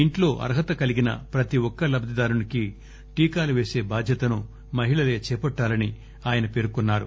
ఇంట్లో అర్హత కలిగిన ప్రతి ఒక్క లబ్దిదారుడికి టీకాలు వేసే బాధ్యతను మహిళలే చేపట్టాలని ఆయన పేర్కొన్నారు